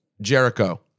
Jericho